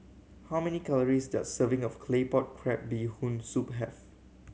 how many calories does a serving of Claypot Crab Bee Hoon Soup have